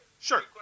Sure